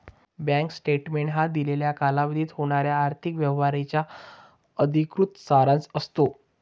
bank statement हा दिलेल्या कालावधीत होणाऱ्या आर्थिक व्यवहारांचा अधिकृत सारांश असतो